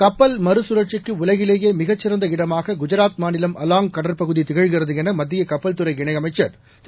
கப்பல் மறுசுழற்சிக்கு உலகிலேயே மிகச்சிறந்த இடமாக குஜராத் மாநிலம் அலாங் கடற்பகுதி திகழ்கிறது என மத்திய கப்பல்துறை இணையமைச்சர் திரு